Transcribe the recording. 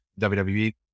WWE